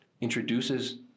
introduces